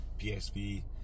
PSV